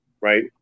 right